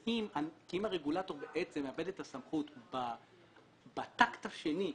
אם הרגולטור בעצם מאבד את הסמכות בטקט השני,